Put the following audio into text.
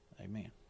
amen